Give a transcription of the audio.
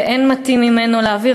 ואין מתאים ממנו להעביר